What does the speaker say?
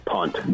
Punt